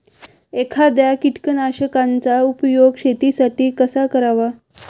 एखाद्या कीटकनाशकांचा उपयोग शेतीसाठी कसा करावा?